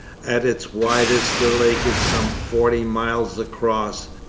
at its widest the lake is some forty miles across,